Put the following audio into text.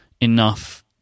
enough